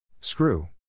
Screw